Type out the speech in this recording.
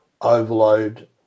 overload